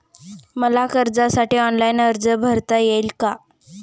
मला कर्जासाठी ऑनलाइन अर्ज भरता येईल का?